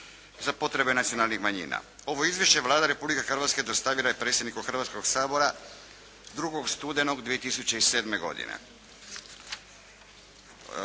za potrebe nacionalnih manjina. Ovo izvješće Vlada Republike Hrvatske dostavila je predsjedniku Hrvatskog sabora 2. studenog 2007. godine.